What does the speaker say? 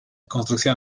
construcción